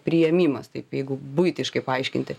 priėmimas taip jeigu buitiškai paaiškinti